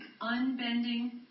unbending